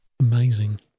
Amazing